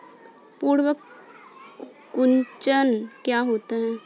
पर्ण कुंचन क्या होता है?